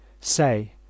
Say